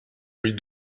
mit